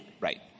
right